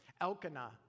Elkanah